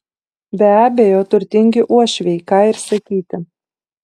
be abejo turtingi uošviai ką ir sakyti